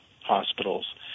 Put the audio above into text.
hospitals